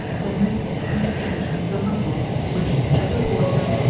the neck is constringed with a muscle, which, as a porter,